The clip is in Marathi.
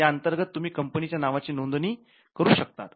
या अंतर्गत तुम्ही कंपनी च्या नावाची नोंदणी करू शकतात